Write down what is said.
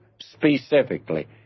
specifically